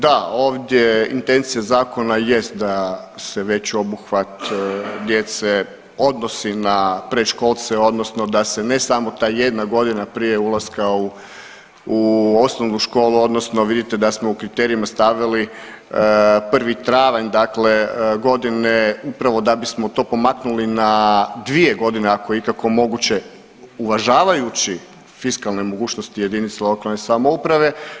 Da, ovdje intencija zakona jest da se već obuhvat djece odnosi na predškolce odnosno da se ne samo ta jedna godina prije ulaska u osnovnu školu odnosno vidite da smo u kriterijima stavili 1. travanj dakle godine upravo da bismo to pomaknuli na dvije godine ako je ikako moguće uvažavajući fiskalne mogućnosti jedinice lokalne samouprave.